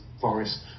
forests